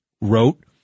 wrote